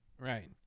Right